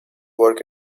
works